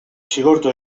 zigortu